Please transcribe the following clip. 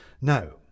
No